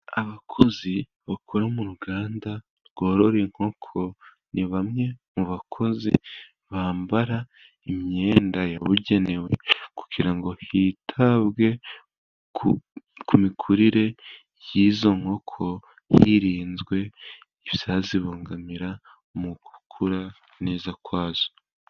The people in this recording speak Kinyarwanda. Abakozi bakora mu ruganda rworora inkoko, ni bamwe mu bakozi bambara imyenda yabugenewe, kugira ngo hitabwe ku mikurire y'izo nkoko, hirinzwe izazibongamira mu gukura neza kwazo.